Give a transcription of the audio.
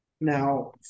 Now